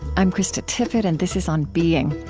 i'm krista tippett, and this is on being.